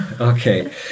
Okay